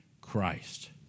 Christ